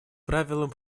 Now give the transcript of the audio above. правилам